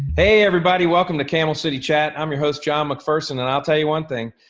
hey everybody, welcome to camel city chat. i'm your host john mcpherson and i'll tell you one thing,